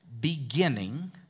beginning